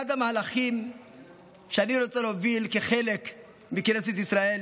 אחד המהלכים שאני רוצה להוביל כחלק מכנסת ישראל